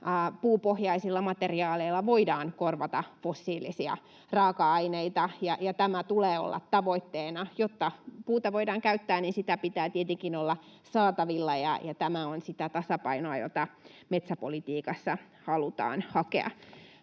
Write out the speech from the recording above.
puupohjaisilla materiaaleilla voidaan korvata fossiilisia raaka-aineita, ja tämän tulee olla tavoitteena. Jotta puuta voidaan käyttää, niin sitä pitää tietenkin olla saatavilla, ja tämä on sitä tasapainoa, jota metsäpolitiikassa halutaan hakea.